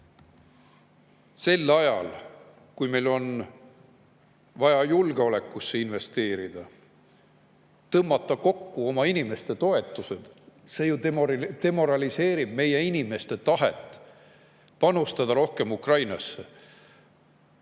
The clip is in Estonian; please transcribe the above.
sel ajal, kui meil on vaja julgeolekusse investeerida, oma inimeste toetused kokku, demoraliseerib meie inimeste tahet panustada rohkem Ukrainasse.